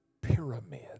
pyramid